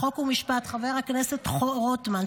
חוק ומשפט חבר הכנסת רוטמן,